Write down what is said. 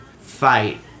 fight